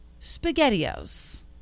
SpaghettiOs